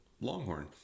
Longhorn